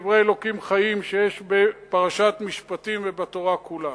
דברי אלוקים חיים שיש בפרשת משפטים ובתורה כולה.